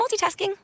multitasking